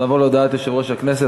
נעבור להודעת יושב-ראש הכנסת,